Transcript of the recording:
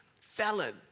felon